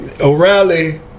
O'Reilly